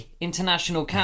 international